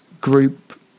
group